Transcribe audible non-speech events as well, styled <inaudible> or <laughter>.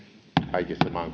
kaikissa maan <unintelligible>